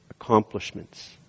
accomplishments